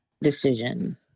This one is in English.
decision